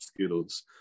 skittles